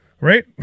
Right